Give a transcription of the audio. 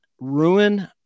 ruin